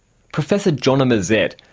professor jonna mazet,